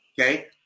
Okay